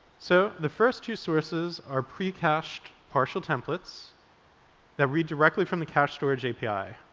so the first two sources are pre-cached partial templates that read directly from the cache storage api,